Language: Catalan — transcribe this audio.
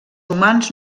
humans